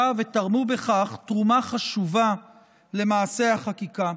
ותרמו בכך תרומה חשובה למעשה החקיקה.